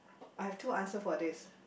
I've two answer for this